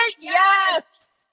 Yes